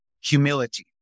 humility